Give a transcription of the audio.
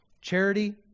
Charity